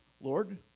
Lord